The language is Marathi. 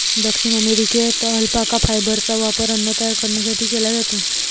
दक्षिण अमेरिकेत अल्पाका फायबरचा वापर अन्न तयार करण्यासाठी केला जातो